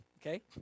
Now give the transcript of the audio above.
okay